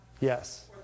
Yes